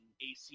AC